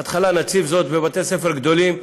בהתחלה נציב זאת בבתי ספר גדולים,